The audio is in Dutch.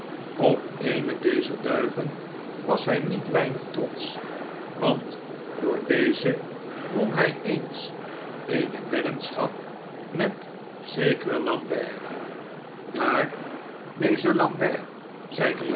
op eene dezer duiven was hij niet weinig trotsch want door deze won hij eens eene weddenschap met zekeren lambert daar deze lambert